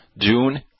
June